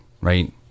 right